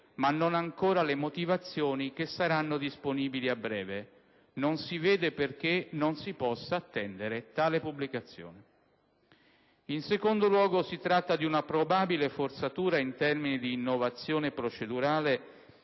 ma non ancora le motivazioni, che saranno disponibili a breve. Non si vede perché non si possa attendere tale pubblicazione. In secondo luogo, si tratta di una probabile forzatura in termini di innovazione procedurale,